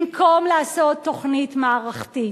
במקום לעשות תוכנית מערכתית,